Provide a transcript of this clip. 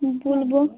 বলবো